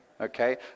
okay